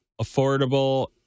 affordable